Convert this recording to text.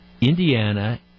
Indiana